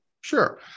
Sure